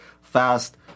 fast